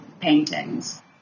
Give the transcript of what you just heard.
paintings